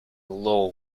low